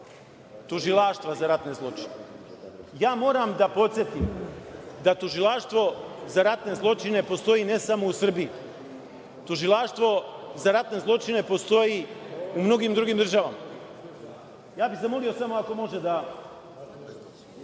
Tužilaštva za ratne zločine. Ja moram da podsetim da Tužilaštvo za ratne zločine postoji ne samo u Srbiji. Tužilaštvo za ratne zločine postoji u mnogim drugim državama. Ja bih samo zamolio, ako može samo,